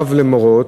אב למורות,